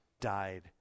died